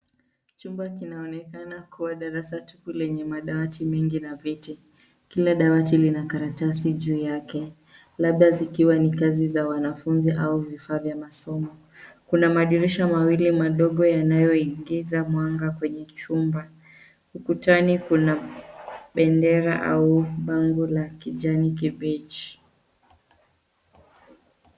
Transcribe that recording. Chumba kinaonekana kuwa darasa tupu lenye madawati mengi na viti. Kila dawati lina karatasi juu yake labda zikiwa ni kazi za wanafunzi au vifaa vya masomo. Kuna madirisha mawili madogo yanayoingiza mwanga kwenye chumba. Ukutani kuna bendera au bango la kijani kibichi.